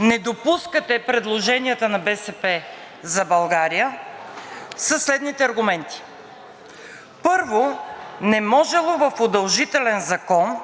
Не допускате предложенията на „БСП за България“ със следните аргументи: първо, не можело в удължителен закон